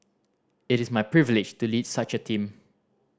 it is my privilege to lead such a team